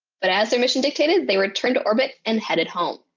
but, as their mission dictated, they returned to orbit and headed home.